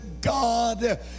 God